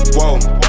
Whoa